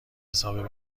حساب